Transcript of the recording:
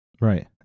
Right